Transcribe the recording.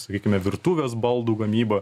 sakykime virtuvės baldų gamyba